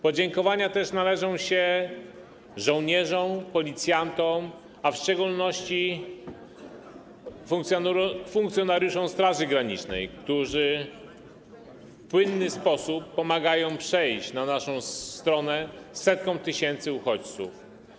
Podziękowania należą się też żołnierzom, policjantom, a w szczególności funkcjonariuszom Straży Granicznej, którzy w płynny sposób pomagają przejść na naszą stronę setkom tysięcy uchodźców.